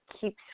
keeps